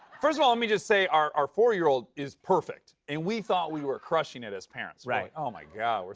first of all, let me just say our our four year old is perfect. and we thought we were crushing it as parents. right. oh, my god.